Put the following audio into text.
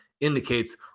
indicates